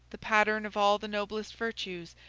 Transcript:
the pattern of all the noblest virtues,